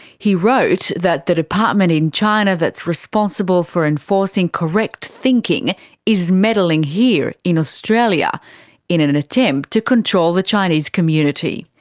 he wrote that the department in china that's responsible for enforcing correct thinking is meddling here in australia in in an attempt to control the chinese community.